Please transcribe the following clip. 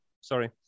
Sorry